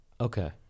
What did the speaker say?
Okay